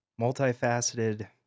multifaceted